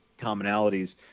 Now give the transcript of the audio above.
commonalities